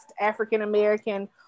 African-American